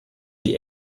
die